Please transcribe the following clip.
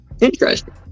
interesting